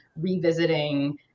revisiting